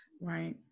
Right